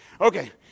Okay